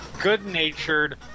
good-natured